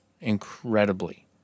incredibly